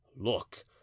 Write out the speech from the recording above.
look